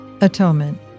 Atonement